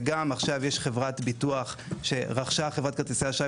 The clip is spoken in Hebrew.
וגם עכשיו יש חברת ביטוח שרכשה חברת כרטיסי אשראי